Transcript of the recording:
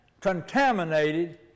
contaminated